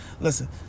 Listen